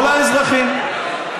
כל האזרחים.